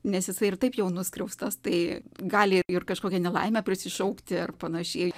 nes jisai ir taip jau nuskriaustas tai gali ir kažkokią nelaimę prisišaukti ar panašiai